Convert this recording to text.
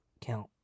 count